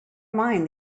mind